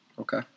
Okay